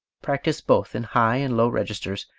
practise both in high and low registers,